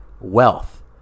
wealth